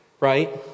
Right